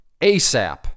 ASAP